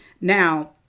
Now